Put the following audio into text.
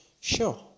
Sure